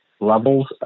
levels